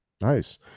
nice